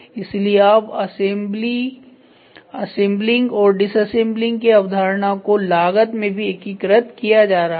इसलिए अब असेंबलिंग और डिसैम्बलिंग की अवधारणा को लागत में भी एकीकृत किया जा रहा है